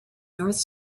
north